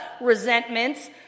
resentments